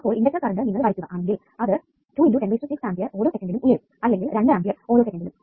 അപ്പോൾ inductor current നിങ്ങൾ വരയ്ക്കുക ആണെങ്കിൽ അത് 2 x 106 ആംപിയർ ഓരോ സെക്കന്റിലും ഉയരും അല്ലെങ്കിൽ 2 ആംപിയർ ഓരോ സെക്കന്റിലും